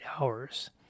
hours